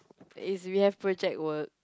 if we have project work